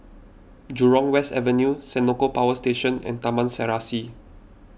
Jurong West Avenue Senoko Power Station and Taman Serasi